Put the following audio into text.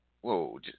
Whoa